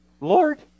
Lord